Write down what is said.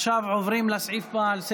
אנחנו עוברים להצעה הבאה שעל סדר-היום: